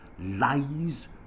lies